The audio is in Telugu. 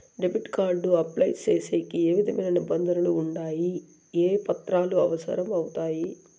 డెబిట్ కార్డు అప్లై సేసేకి ఏ విధమైన నిబంధనలు ఉండాయి? ఏ పత్రాలు అవసరం అవుతాయి?